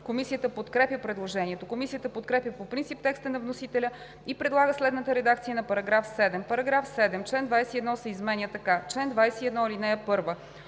Комисията подкрепя предложението. Комисията подкрепя по принцип текста на вносителя и предлага следната редакция на § 7: „§ 7. Член 21 се изменя така: „Чл. 21. (1) Общото